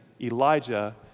Elijah